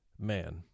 man